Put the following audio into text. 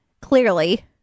clearly